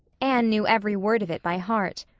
anne knew every word of it by heart.